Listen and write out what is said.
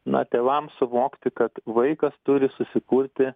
na tėvams suvokti kad vaikas turi susikurti